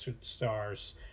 stars